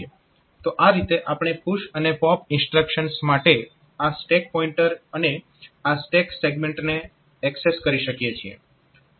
તો આ રીતે આપણે પુશ અને પોપ ઇન્સ્ટ્રક્શન્સ માટે આ સ્ટેક પોઇન્ટર અને આ સ્ટેક સેગમેન્ટને એક્સેસ કરી શકીએ છીએ